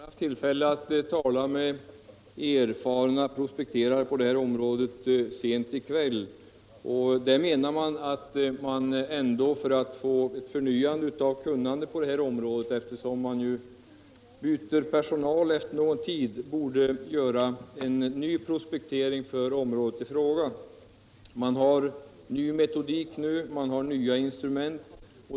Herr talman! Jag har haft tillfälle att tala med en erfaren prospekterare så sent som i kväll. Man menar att det behövs förnyade kunskaper på grund av att det varit ombyten av personal. En ny prospektering för området i fråga borde göras. Det finns också numera en ny metodik och nya instrument.